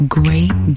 great